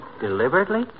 Deliberately